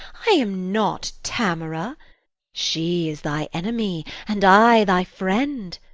i am not tamora she is thy enemy and i thy friend.